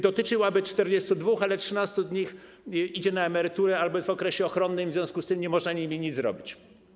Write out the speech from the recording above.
Dotyczyłaby 42, ale 13 z nich idzie na emeryturę albo jest w okresie ochronnym, w związku z tym nie można z nimi nic zrobić.